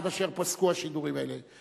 עד אשר פסקו השידורים האלה,